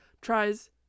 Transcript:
tries